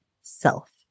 self